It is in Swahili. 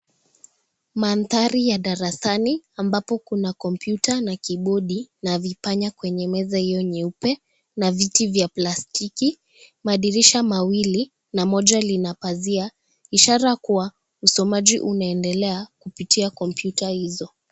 Maathari ya darasani ambapo kuna computa na kibodi, na vipanya kwenye meza hiyo nyeupe, na viti vya plastiki. Madirisha mawili, na moja lina pazia, ishara kuwa usomaji unaendelea kupitia komputa hizo.